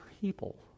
people